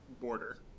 border